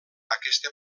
aquesta